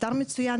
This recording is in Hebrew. אתר מצוין,